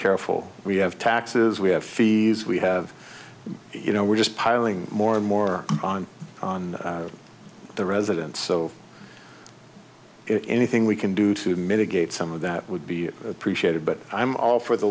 careful we have taxes we have fees we have you know we're just piling more and more on the residence so if anything we can do to mitigate some of that would be appreciated but i'm all for the